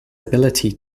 ability